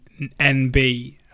NB